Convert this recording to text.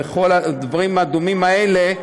וכל הדברים הדומים האלה,